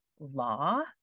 law